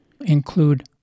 include